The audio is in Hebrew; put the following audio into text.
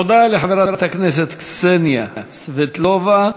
תודה לחברת הכנסת קסניה סבטלובה.